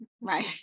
Right